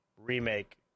remake